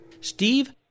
Steve